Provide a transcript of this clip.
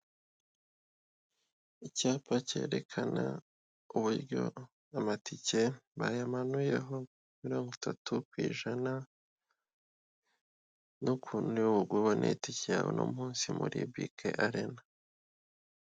Icyapa cyerekana uburyo amatike bayamanuyeho mirongo itatu ku ijana, n'ukuntu ubona itike yawe uno munsi muri BK Arena.